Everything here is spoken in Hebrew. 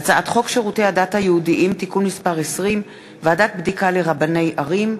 הצעת חוק שירותי הדת היהודיים (תיקון מס' 20) (ועדת בדיקה לרבני ערים),